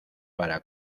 para